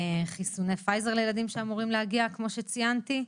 חיסוני פייזר לילדים שאמורים להגיע, כמו שציינתי.